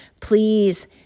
Please